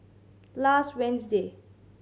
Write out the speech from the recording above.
last Wednesday